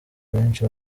abenshi